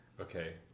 Okay